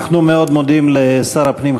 אנחנו מאוד מודים לשר הפנים,